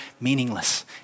meaningless